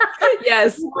Yes